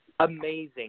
Amazing